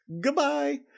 Goodbye